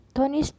Tony